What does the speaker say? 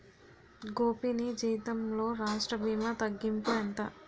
గోపీ నీ జీతంలో రాష్ట్ర భీమా తగ్గింపు ఎంత